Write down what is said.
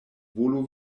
volu